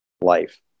life